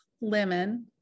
lemon